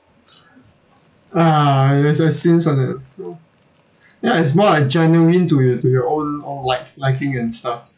ah on it ya it's more like genuine to you to your own own lik~ liking and stuff